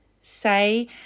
say